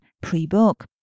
pre-book